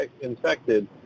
infected